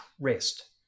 rest